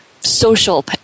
social